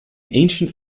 ancient